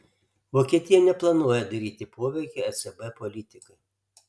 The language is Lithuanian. vokietija neplanuoja daryti poveikio ecb politikai